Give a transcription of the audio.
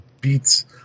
beats